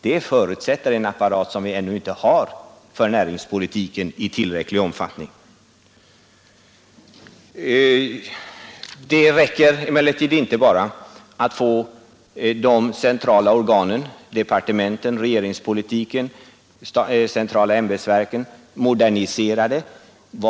Det förutsätter en apparat för näringspolitiken som vi ännu inte har i tillräcklig omfattning. Det räcker emellertid inte bara att få de centrala organen — regeringen, departementen och ämbetsverken — moderniserade.